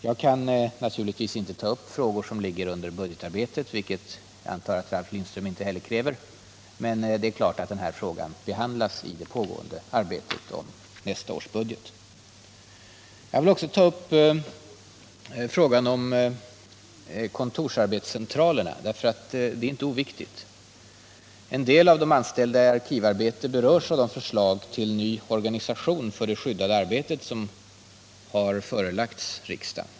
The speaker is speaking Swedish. Jag kan naturligtvis inte ta upp frågor som ingår i budgetarbetet, vilket jag antar att inte heller Ralf Lindström kräver, men det är klart att den här frågan behandlas i det pågående arbetet med nästa budget. Kontorsarbetscentralerna är inte oviktiga. En del av de anställda i arkivarbete berörs av de förslag till ny organisation för det skyddade arbetet som har förelagts riksdagen.